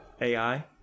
AI